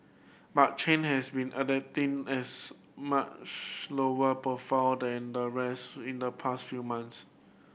but Chen has been adapting as much lower profile than the rest in the past few months